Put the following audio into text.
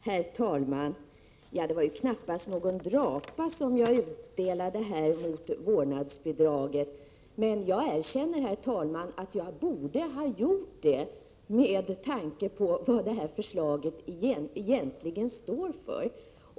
Herr talman! Ja, det var knappast någon drapa som jag här utdelade mot vårdnadsbidraget. Jag erkänner dock, herr talman, att jag borde ha gjort det med tanke på vad detta förslag egentligen står för.